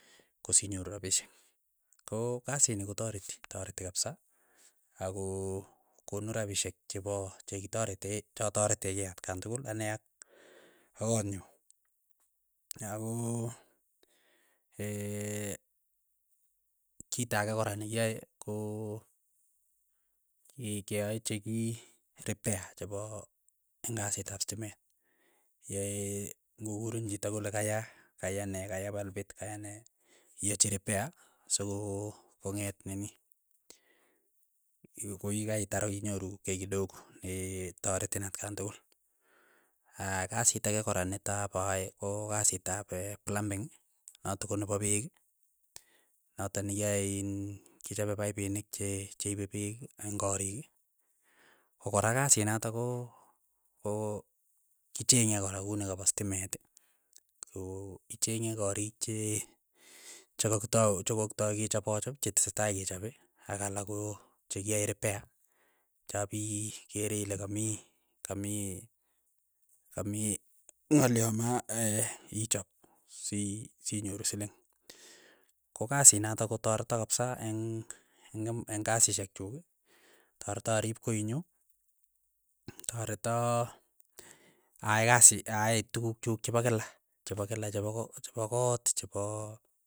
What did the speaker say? Kosinyoru rapishek, ko kasit ni kotareti, tareti kapsa ako konu rapishek chepo chekitarete chataretee kei atkan tukul, ane ak kot nyu. ako kita ake kora ne kiae ko ki keae cheki ripea chepo eng' kasit ap stimet, yae ng'okurin chito kole kaya kaya ne kaya palpit kaya ne. iachi ripea soko kong'et nini, iwe koikaitar inyoru kei kidogo, taretin atkan tukul, aa kasit ake kora netap aae ko kasit ap plambing, notok ko nepo peek, notok ne kiae iin kichope paipinik che cheipe peek ing' korik, ko kora kasii notok ko ko kichenge kora ku nepo stimet, ko icheng'e korik che chakakitau chokokitai ke chop a chop che tesetai kechope ak alak ko chekiae ripea, chapi kere ile kamii kamii kamii ng'olyo ma aa ichop si sinyoru siling, kokasinotok kotareto kapsa eng' eng' kasishek chuk tareto arip koinyuu, tareto aai kasit aai tukuk chuk chepo kila chepo kila, chepo ko chepo koot, chepoo.